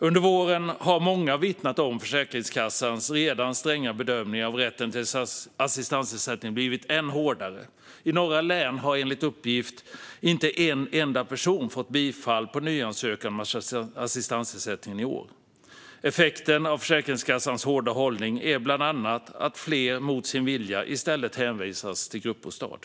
Under våren har många vittnat om att Försäkringskassans redan stränga bedömningar av rätten till assistansersättning blivit ännu hårdare. I några län har enligt uppgift inte en enda person fått bifall på nyansökan om assistansersättning i år. Effekten av Försäkringskassans hårda hållning är bland annat att fler mot sin vilja hänvisas till gruppbostad.